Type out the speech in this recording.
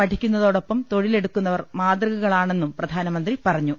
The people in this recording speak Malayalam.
പഠി ക്കുന്നതോടൊപ്പം തൊഴിലെടുക്കുന്നവർ മാതൃകകളാണെന്നും പ്രധാന മന്ത്രി പറഞ്ഞു